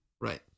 Right